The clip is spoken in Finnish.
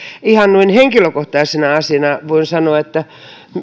ihan noin henkilökohtaisena asiana voin sanoa että